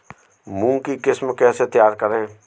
मूंग की किस्म कैसे तैयार करें?